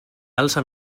alça